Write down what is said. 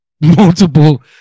multiple